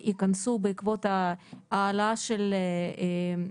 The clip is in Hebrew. בעקבות העלאה של הקצבה בערך?